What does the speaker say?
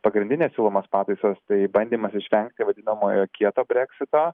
pagrindinės siūlomos pataisos tai bandymas išvengti vadinamojo kieto breksito